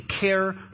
care